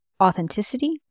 authenticity